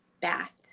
bath